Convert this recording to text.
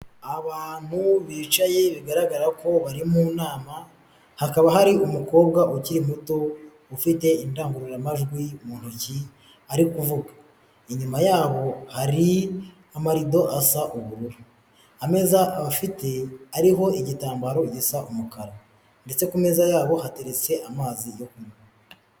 Abantu bicaye bigaragara ko bari mu nama, hakaba hari umukobwa ukiri muto ufite indangururamajwi mu ntoki ari kuvuga. Inyuma yabo hari amarido asa ubururu, ameza bafite ariho igitambaro gisa umukara, ndetse ku meza yabo hateretse amazi yo kunywa.